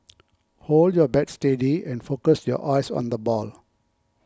hold your bat steady and focus your eyes on the ball